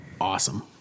awesome